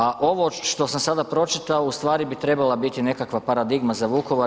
A ovo što sam sada pročitao ustvari bi trebala biti nekakva paradigma za Vukovar.